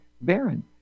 Baron